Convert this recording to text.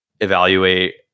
evaluate